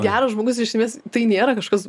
geras žmogus išvis tai nėra kažkas